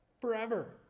forever